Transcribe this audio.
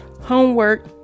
homework